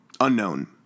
unknown